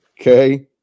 okay